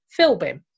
Philbin